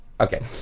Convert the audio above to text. Okay